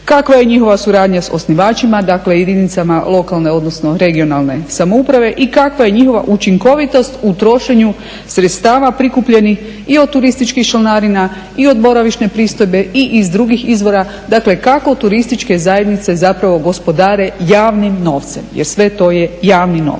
kakva je njihova suradnja s osnivačima, dakle jedinicama lokalne odnosno regionalne samouprave i kakva je njihova učinkovitost u trošenju sredstava prikupljenih i od turističkih članarina, i od boravišne pristojbe i iz drugih izvora, dakle kako u turističke zajednice zapravo gospodare javnim novcem, jer sve je to javni novac.